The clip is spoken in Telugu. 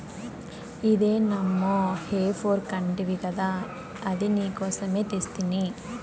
ఇదే నమ్మా హే ఫోర్క్ అంటివి గదా అది నీకోసమే తెస్తిని